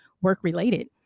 work-related